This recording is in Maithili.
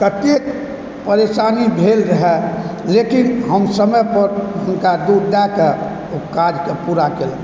ततेक परेशानी भेल रहय लेकिन हम समय पर हुनका दूध दैके ओ काजके पूरा केलहुँ